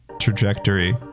trajectory